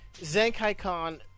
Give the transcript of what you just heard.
ZenkaiCon